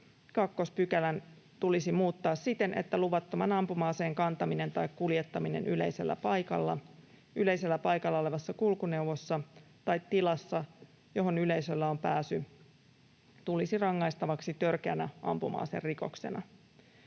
2 § tulisi muuttaa siten, että luvattoman ampuma-aseen kantaminen tai kuljettaminen yleisellä paikalla, yleisellä paikalla olevassa kulkuneuvossa tai tilassa, johon yleisöllä on pääsy, tulisi rangaistavaksi törkeänä ampuma-aserikoksena.